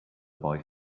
boy